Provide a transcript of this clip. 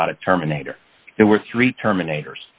is not a terminator there were three terminator